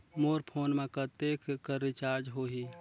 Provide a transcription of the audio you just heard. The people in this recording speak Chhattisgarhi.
मोर फोन मा कतेक कर रिचार्ज हो ही?